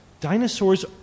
Dinosaurs